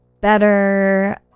better